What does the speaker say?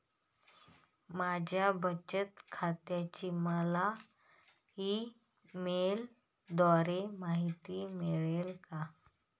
माझ्या बचत खात्याची मला ई मेलद्वारे माहिती मिळेल का?